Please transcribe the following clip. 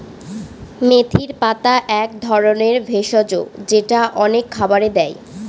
মেথির পাতা এক ধরনের ভেষজ যেটা অনেক খাবারে দেয়